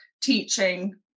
teaching